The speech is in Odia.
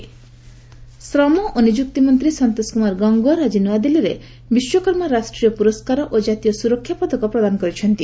ବିଶ୍ୱକର୍ମା ଆୱାର୍ଡ଼ସ୍ ଶ୍ରମ ଓ ନିଯୁକ୍ତି ମନ୍ତ୍ରୀ ସନ୍ତୋଷ କୁମାର ଗଙ୍ଗୱାର ଆଜି ନୃଆଦିଲ୍ଲୀରେ ବିଶ୍ୱକର୍ମା ରାଷ୍ଟ୍ରୀୟ ପୁରସ୍କାର ଓ ଜାତୀୟ ସୁରକ୍ଷା ପଦକ ପ୍ରଦାନ କରିଛନ୍ତି